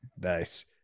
Nice